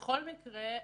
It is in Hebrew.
בכל מקרה,